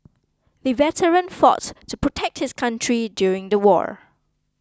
the veteran fought to protect his country during the war